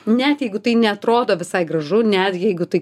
net jeigu tai neatrodo visai gražu netgi jeigu tai